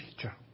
future